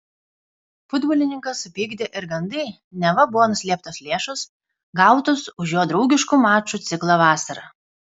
futbolininką supykdė ir gandai neva buvo nuslėptos lėšos gautos už jo draugiškų mačų ciklą vasarą